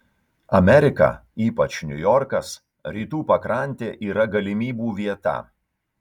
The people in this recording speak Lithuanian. amerika ypač niujorkas rytų pakrantė yra galimybių vieta